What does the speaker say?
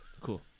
Cool